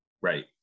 Right